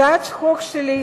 הצעת החוק שלי,